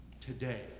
today